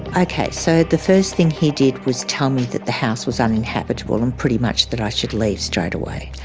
okay so the first thing he did was tell me that the house was uninhabitable and pretty much that i should leave straight away.